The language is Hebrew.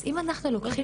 אז אנחנו לוקחים.